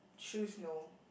shoes no